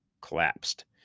collapsed